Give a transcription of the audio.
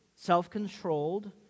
self-controlled